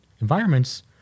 environments